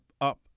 up